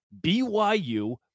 BYU